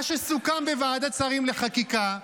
מה שסוכם בוועדת שרים לחקיקה,